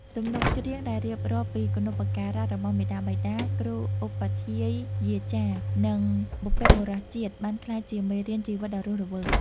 ទំនុកច្រៀងដែលរៀបរាប់ពីគុណូបការៈរបស់មាតាបិតា គ្រូឧបជ្ឈាយាចារ្យ និងបុព្វបុរសជាតិ បានក្លាយជាមេរៀនជីវិតដ៏រស់រវើក